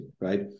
right